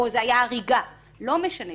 או זה היה הריגה, לא משנה.